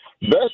best